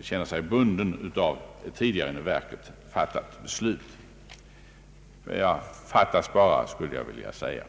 känner sig bunden av ett tidigare inom verket fattat beslut. Fattas bara, skulle jag vilja säga.